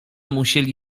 musieli